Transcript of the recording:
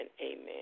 amen